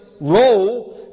role